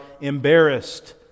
embarrassed